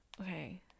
Okay